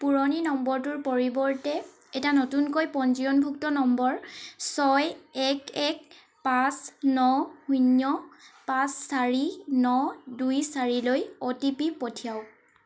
পুৰণি নম্বৰটোৰ পৰিৱৰ্তে এটা নতুনকৈ পঞ্জীয়নভুক্ত নম্বৰ ছয় এক এক পাঁচ ন শূন্য পাঁচ চাৰি ন দুই চাৰিলৈ অ'টিপি পঠিয়াওক